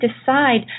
decide